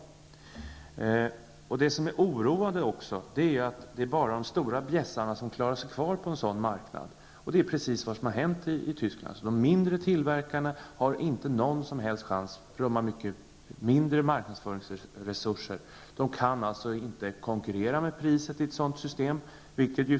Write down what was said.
Något som också är oroande är att det är bara de stora bjässarna som klarar sig kvar på en sådan marknad. Det är precis vad som har hänt i Tyskland. De mindre tillverkarna har inte någon som helst chans -- de har mycket mindre marknadsföringsresurser och kan i ett sådant system inte konkurrera med priset.